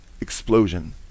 explosion